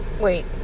Wait